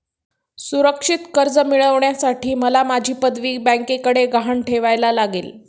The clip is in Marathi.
सुरक्षित कर्ज मिळवण्यासाठी मला माझी पदवी बँकेकडे गहाण ठेवायला लागेल